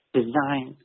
design